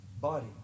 body